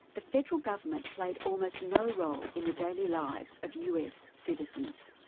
the federal government played almost no role in the daily lives of us citizens,